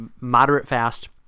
moderate-fast